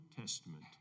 Testament